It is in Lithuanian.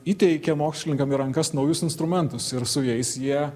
įteikia mokslininkam į rankas naujus instrumentus ir su jais jie